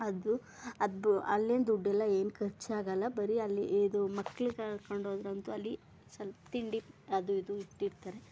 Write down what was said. ಅದು ಅದು ಅಲ್ಲೇನು ದುಡ್ಡಿಲ್ಲ ಏನು ಖರ್ಚಾಗಲ್ಲ ಬರೀ ಅಲ್ಲಿ ಇದು ಮಕ್ಕಳು ಕರ್ಕೊಂಡೋದ್ರಂತು ಅಲ್ಲಿ ಸ್ವಲ್ಪ ತಿಂಡಿ ಅದು ಇದು ಇಟ್ಟಿರ್ತಾರೆ